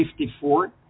54